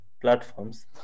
platforms